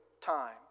time